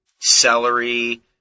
celery